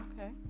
Okay